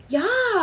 ya